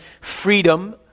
freedom